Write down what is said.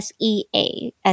SEA